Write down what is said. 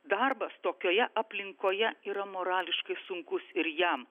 darbas tokioje aplinkoje yra morališkai sunkus ir jam